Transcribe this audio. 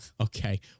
okay